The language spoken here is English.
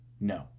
no